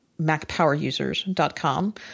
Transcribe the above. MacPowerusers.com